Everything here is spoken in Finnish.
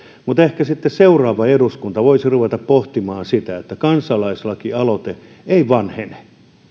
mutta ehkä sitten seuraava eduskunta voisi ruveta pohtimaan sitä että kansalaislakialoite ei vanhene